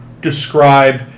describe